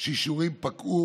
שאישורים שפקעו